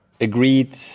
agreed